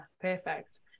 perfect